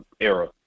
era